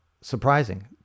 surprising